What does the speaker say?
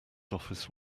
office